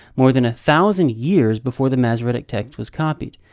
more than a thousand years before the masoretic text was copied.